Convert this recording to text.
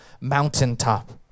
mountaintop